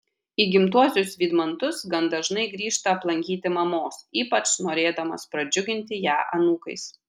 į gimtuosius vydmantus gan dažnai grįžta aplankyti mamos ypač norėdamas pradžiuginti ją anūkais